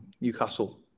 Newcastle